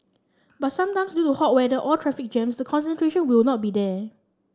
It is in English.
but sometimes due to hot weather or traffic jams the concentration will not be there